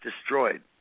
destroyed